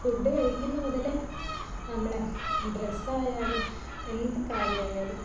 food കഴിക്കുന്നതു മുതല് നമ്മള് ഡ്രസ്സായാലും എന്തു കാര്യമായാലും